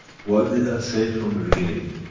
what did i say from the beginning?